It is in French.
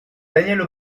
danièle